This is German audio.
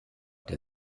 der